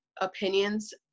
opinions